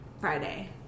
Friday